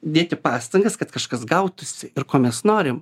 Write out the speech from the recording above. dėti pastangas kad kažkas gautųsi ir ko mes norim